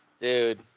Dude